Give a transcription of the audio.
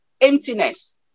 emptiness